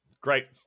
Great